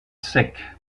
sec